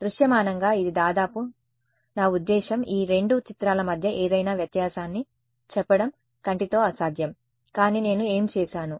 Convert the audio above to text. దృశ్యమానంగా ఇది దాదాపు నా ఉద్దేశ్యం ఈ రెండు చిత్రాల మధ్య ఏదైనా వ్యత్యాసాన్ని చెప్పడం కంటితో అసాధ్యం కానీ నేను ఏమి చేసాను